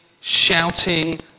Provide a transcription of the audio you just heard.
shouting